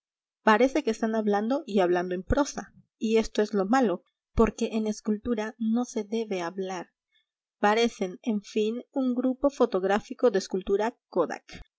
parece que están hablando y hablando en prosa y esto es lo malo porque en escultura no se debe hablar parecen en fin un grupo fotográfico de escultura